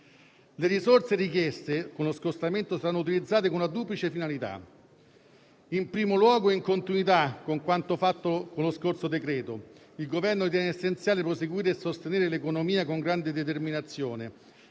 Le risorse richieste con lo scostamento saranno utilizzate con una duplice finalità. In primo luogo, in continuità con quanto fatto con lo scorso decreto, il Governo ritiene essenziale proseguire e sostenere l'economia con grande determinazione,